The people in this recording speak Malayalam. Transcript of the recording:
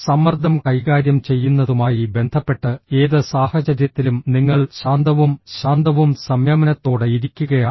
സമ്മർദ്ദം കൈകാര്യം ചെയ്യുന്നതുമായി ബന്ധപ്പെട്ട് ഏത് സാഹചര്യത്തിലും നിങ്ങൾ ശാന്തവും ശാന്തവും സംയമനത്തോടെ ഇരിക്കുകയാണോ